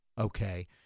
okay